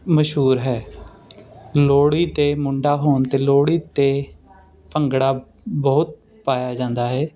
ਮਸ਼ਹੂਰ ਹੈ ਲੋਹੜੀ 'ਤੇ ਮੁੰਡਾ ਹੋਣ 'ਤੇ ਲੋਹੜੀ 'ਤੇ ਭੰਗੜਾ ਬਹੁਤ ਪਾਇਆ ਜਾਂਦਾ ਹੈ